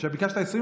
ביקשת 20,